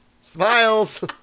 Smiles